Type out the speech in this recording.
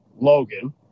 Logan